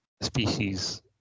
species